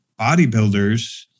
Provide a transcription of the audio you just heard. bodybuilders